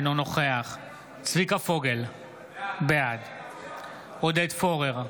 אינו נוכח צביקה פוגל, בעד עודד פורר,